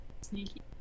Sneaky